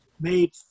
made